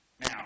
Now